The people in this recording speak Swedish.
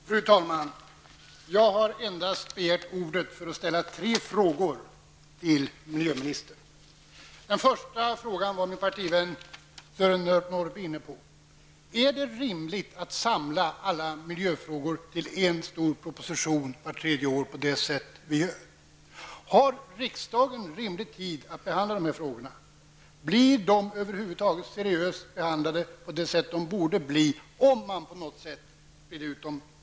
Fru talman! Jag har begärt ordet endast för att ställa tre frågor till miljöministern. Den första frågan var min partivän Sören Norrby inne på. Är det rimligt att samla alla miljöfrågor till en stor proposition vart tredje år på det sätt som vi gör? Har riksdagen rimlig tid att behandla de frågorna? Blir de över huvud taget seriöst behandlade som de skulle bli om man spred ut dem mer i tiden?